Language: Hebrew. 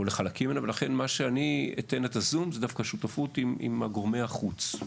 ואני אתן את הזום דווקא על שותפות עם גורמי החוץ.